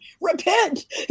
repent